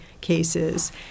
cases